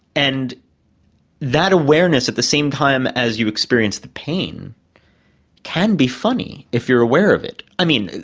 and that awareness at the same time as you experience the pain can be funny if you're aware of it. i mean,